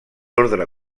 ordre